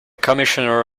commissioner